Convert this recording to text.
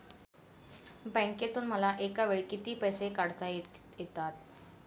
बँकेतून मला एकावेळी किती पैसे काढता येतात?